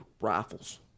rifles